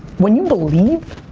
when you believe,